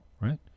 right